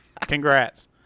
Congrats